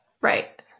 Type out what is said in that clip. Right